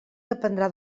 dependrà